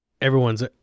everyone's